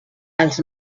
els